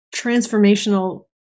transformational